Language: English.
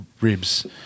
ribs